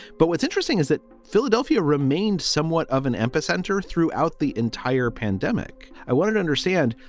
but what's interesting is that philadelphia remained somewhat of an epicenter throughout the entire pandemic. i wanted to understand,